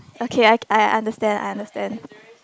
okay I I understand I understand